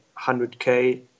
100K